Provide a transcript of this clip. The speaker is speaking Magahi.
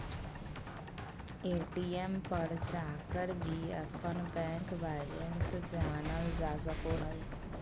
ए.टी.एम पर जाकर भी अपन बैंक बैलेंस जानल जा सको हइ